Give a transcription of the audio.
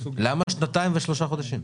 למה שנתיים ושלושה חודשים?